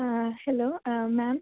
ആ hello ah മാം